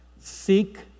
seek